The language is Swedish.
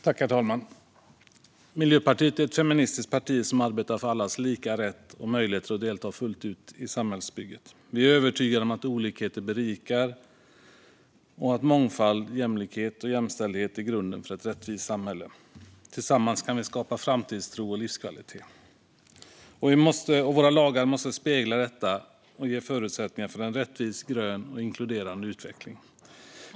Herr talman! Miljöpartiet är ett feministiskt parti som arbetar för allas lika rätt och möjligheter att delta fullt ut i samhällsbygget. Vi är övertygade om att olikheter berikar och att mångfald, jämlikhet och jämställdhet är grunden för ett rättvist samhälle. Tillsammans kan vi skapa framtidstro och livskvalitet. Och våra lagar måste spegla detta och ge förutsättningar för en rättvis, grön och inkluderande utveckling.